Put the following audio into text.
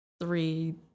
three